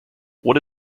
what